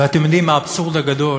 ואתם יודעים, האבסורד הגדול